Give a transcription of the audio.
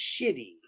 shitty